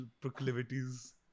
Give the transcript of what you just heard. proclivities